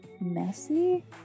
messy